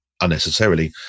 unnecessarily